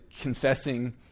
confessing